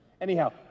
Anyhow